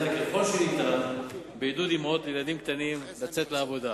ככל שניתן בעידוד אמהות לילדים קטנים לצאת לעבודה.